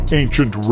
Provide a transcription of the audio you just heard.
ancient